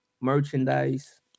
merchandise